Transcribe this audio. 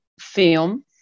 film